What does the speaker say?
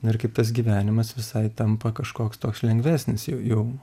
ir kaip tas gyvenimas visai tampa kažkoks toks lengvesnis jau jau